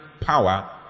power